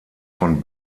von